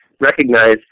recognize